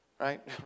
right